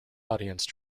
audience